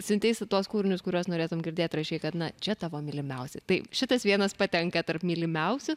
siunteisi tuos kūrinius kuriuos norėtum girdėt rašei kad na čia tavo mylimiausi tai šitas vienas patenka tarp mylimiausių